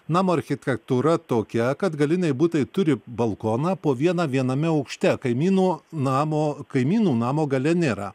namo architektūra tokia kad galiniai butai turi balkoną po vieną viename aukšte kaimyno namo kaimynų namo gale nėra